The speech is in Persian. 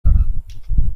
دارم